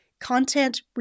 content